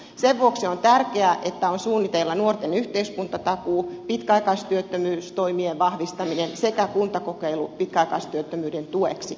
sen vuoksi on tärkeää että on suunnitteilla nuorten yhteiskuntatakuu pitkäaikaistyöttömyystoimien vahvistaminen sekä kuntakokeilu pitkäaikaistyöttömyyden tueksi